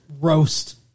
roast